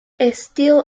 steele